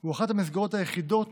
הוא אחת המסגרות היחידות